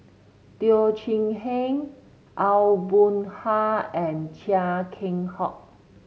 Teo Chee Hean Aw Boon Haw and Chia Keng Hock